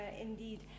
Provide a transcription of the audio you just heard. indeed